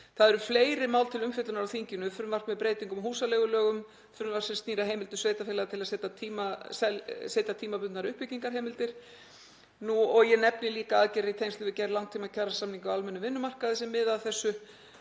Það eru fleiri mál til umfjöllunar á þinginu, frumvarp með breytingum á húsaleigulögum, frumvarp sem snýr að heimildum sveitarfélaga til að setja tímabundnar uppbyggingarheimildir og ég nefni líka aðgerðir í tengslum við gerð langtímakjarasamninga á almennum vinnumarkaði sem miða að þessu,